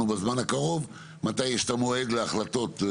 בזמן הקרוב מתי יש את המועד להחלטות.